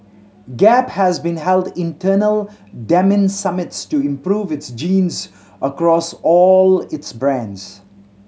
gap has even held internal denim summits to improve its jeans across all its brands